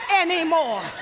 anymore